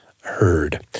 heard